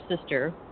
sister